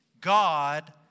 God